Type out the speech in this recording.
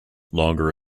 longer